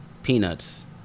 peanuts